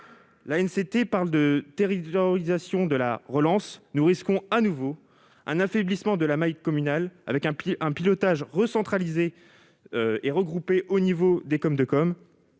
L'ANCT parle de « territorialisation » de la relance. Nous risquons, de nouveau, un affaiblissement de la maille communale, avec un pilotage recentralisé et regroupé à l'échelon des communautés